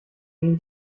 این